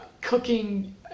cooking